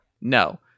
No